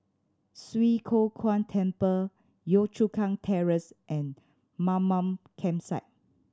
Swee Kow Kuan Temple Yio Chu Kang Terrace and Mamam Campsite